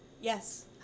yes